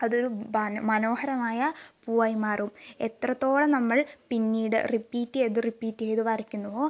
അതൊരു മനോഹരമായ പൂവായി മാറും എത്രത്തോളം നമ്മൾ പിന്നീട് റിപ്പീറ്റ് ചെയ്ത് റിപ്പീറ്റ് ചെയ്ത് വരയ്ക്കുന്നുവോ